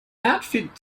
outfit